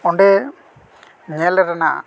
ᱚᱸᱰᱮ ᱧᱮᱞ ᱨᱮᱱᱟᱜ